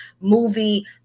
movie